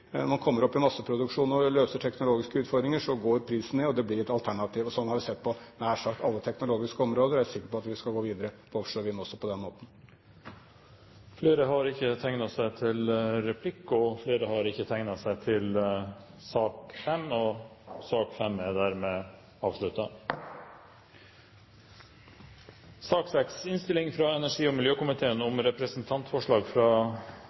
når man kommer opp i masseproduksjon og løser teknologiske utfordringer, så går prisen ned, og det blir et alternativ. Dette har vi sett på nær sagt alle teknologiske områder, og jeg er sikker på at vi skal gå videre på offshore vind også på den måten. Replikkordskiftet er omme. Flere har ikke bedt om ordet til